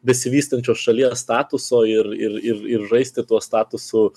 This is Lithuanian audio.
besivystančios šalies statuso ir ir ir ir žaisti tuo statusu